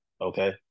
Okay